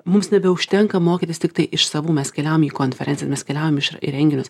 mums nebeužtenka mokytis tiktai iš savų mes keliaujam į konferencijas mes keliaujam iš į renginius